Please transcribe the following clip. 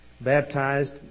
baptized